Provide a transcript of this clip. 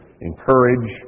encourage